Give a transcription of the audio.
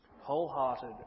wholehearted